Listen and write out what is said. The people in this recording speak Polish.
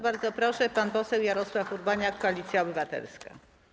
Bardzo proszę, pan poseł Jarosław Urbaniak, Koalicja Obywatelska.